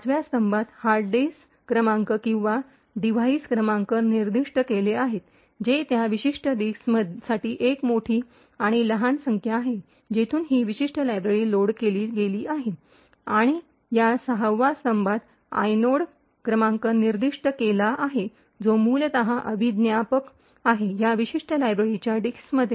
पाच व्या स्तंभात हार्ड डिस्क क्रमांक किंवा डिव्हाइस क्रमांक निर्दिष्ट केले आहे जे त्या विशिष्ट डिस्कसाठी एक मोठी आणि लहान संख्या आहे जिथून ही विशिष्ट लायब्ररी लोड केली गेली आहे आणि या सहावा स्तंभात आयनोड क्रमांक निर्दिष्ट केला आहे जो मूलत अभिज्ञापक आहे या विशिष्ट लायब्ररीच्या डिस्कमध्ये